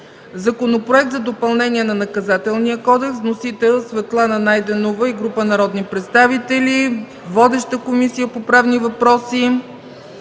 Законопроект за допълнение на Наказателния кодекс с вносители Светлана Найденова и група народни представители, водеща е Комисията по правни въпроси,